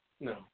No